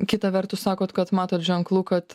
kita vertus sakot kad matot ženklų kad